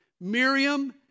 Miriam